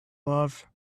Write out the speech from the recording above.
love